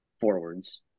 forwards